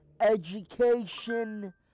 Education